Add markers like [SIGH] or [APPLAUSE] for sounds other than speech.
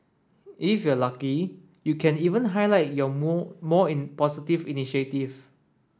if you are lucky you can even highlight your more more [UNINTELLIGIBLE] initiative